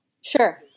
Sure